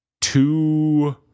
two